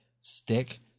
stick